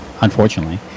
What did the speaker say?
unfortunately